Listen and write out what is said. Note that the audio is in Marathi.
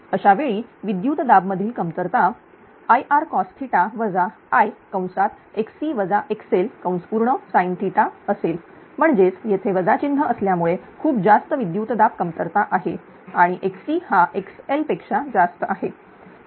अशावेळी विद्युतदाब मधील कमतरता Ircos Isinअसेल म्हणजेच येथे वजा चिन्ह असल्यामुळे खूप जास्त विद्युतदाब कमतरता आहे आणि xc हा xl पेक्षा जास्त आहे